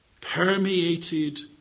permeated